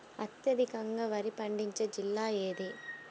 అత్యధికంగా వరి పండించే జిల్లా ఏది?